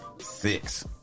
six